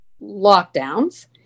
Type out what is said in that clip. lockdowns